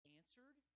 answered